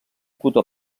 cotó